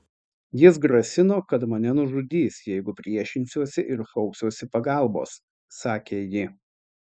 jis grasino kad mane nužudys jeigu priešinsiuosi ir šauksiuosi pagalbos sakė ji